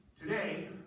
today